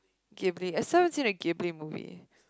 Ghibly I still haven't seen a Ghibly movie